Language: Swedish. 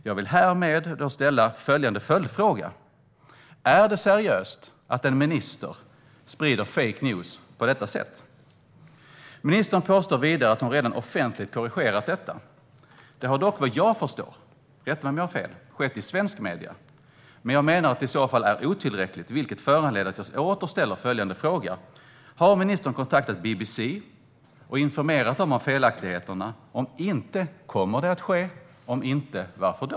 Jag vill härmed ställa följande följdfråga: Är det seriöst att en minister sprider fake news på detta sätt? Ministern påstår vidare att hon redan offentligt korrigerat detta. Detta har dock vad jag förstår, rätta mig om jag har fel, skett i svenska medier. Jag menar att det i så fall är otillräckligt, vilket föranleder att jag åter ställer följande frågor: Har ministern kontaktat BBC och informerat dem om felaktigheterna? Om inte, kommer detta att ske? Om inte, varför då?